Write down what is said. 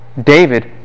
David